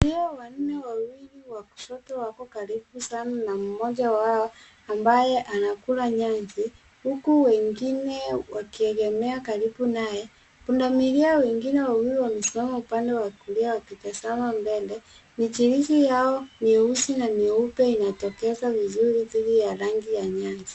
Pio wanne wawili wa kushoto wako karibu sana na mmoja wao, ambaye anakula nyasi, huku wengine wakiegemea karibu naye. Pundamilia wengine wawili wamesimama upande wa kulia wakitazama mbele. Michirizi yao nyeusi na nyeupe inatokeza vizuri dhidi ya rangi ya nyasi.